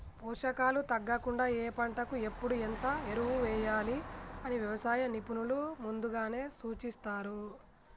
పోషకాలు తగ్గకుండా ఏ పంటకు ఎప్పుడు ఎంత ఎరువులు వేయాలి అని వ్యవసాయ నిపుణులు ముందుగానే సూచిస్తారు